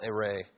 array